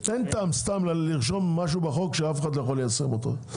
אין טעם סתם לרשום משהו בחוק שאף אחד לא יכול ליישם אותו.